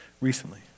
recently